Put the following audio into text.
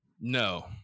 No